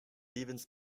evans